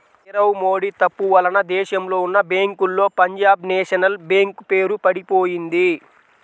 నీరవ్ మోడీ తప్పు వలన దేశంలో ఉన్నా బ్యేంకుల్లో పంజాబ్ నేషనల్ బ్యేంకు పేరు పడిపొయింది